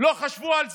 לא חשבו על זה?